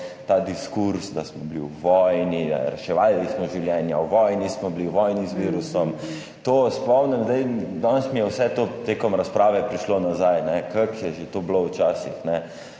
ta diskurz, da smo bili v vojni, reševali smo življenja, v vojni smo bili, v vojni z virusom. Na to spomnim. Danes mi je vse to tekom razprave prišlo nazaj, kako je že to bilo včasih.